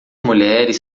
mulheres